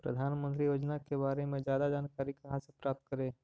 प्रधानमंत्री योजना के बारे में जादा जानकारी कहा से प्राप्त करे?